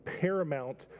paramount